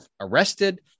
arrested